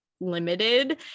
limited